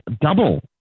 double